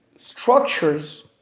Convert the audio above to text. structures